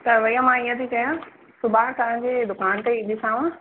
त भइया मां ईअं थी चयां सुभाणे तव्हां जी दुकान ते ईंदीसांव